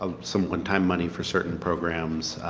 um someone one-time money for certain programs.